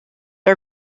are